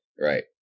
right